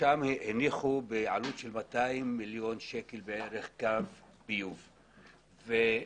שם הניחו בעלות של כ-200 מיליון שקלים קו ביוב וחסרים